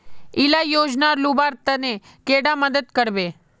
इला योजनार लुबार तने कैडा मदद करबे?